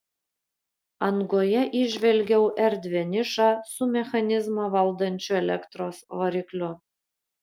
angoje įžvelgiau erdvią nišą su mechanizmą valdančiu elektros varikliu